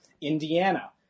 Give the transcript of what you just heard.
Indiana